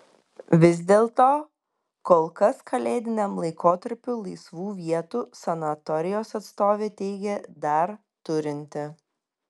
vis dėlto kol kas kalėdiniam laikotarpiui laisvų vietų sanatorijos atstovė teigė dar turinti